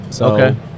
Okay